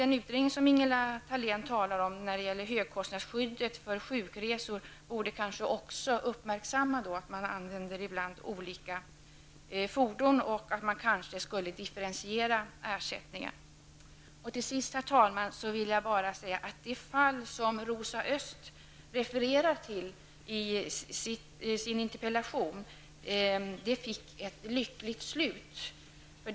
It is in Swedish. Den utredning som Ingela Thalén talar om när det gäller högkostnadsskyddet för sjukresor borde kanske uppmärksamma att man ibland använder olika fordon. Man skulle kanske differentiera ersättningen. Till sist, herr talman, vill jag bara säga att det fall som Rosa Östh refererade till i sin interpellation har fått ett lyckligt slut.